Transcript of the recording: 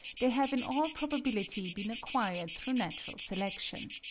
they have in all probability been acquired through natural selection.